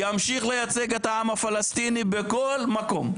ימשיך לייצג את העם הפלסטיני בכל מקום.